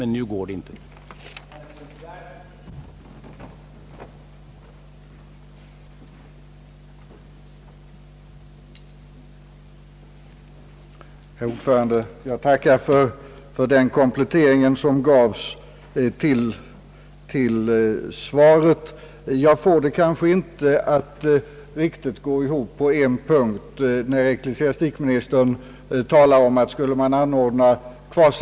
Nu går det tyvärr inte.